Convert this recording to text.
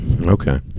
Okay